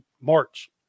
March